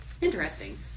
interesting